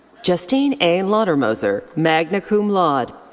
justine a. lottermoser, magna cum laude.